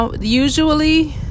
Usually